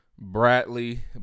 Bradley